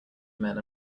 men